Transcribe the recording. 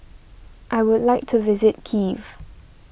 I would like to visit Kiev